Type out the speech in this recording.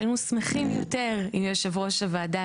היינו שמחים יותר אם יושב-ראש הוועדה,